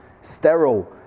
sterile